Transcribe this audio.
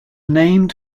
named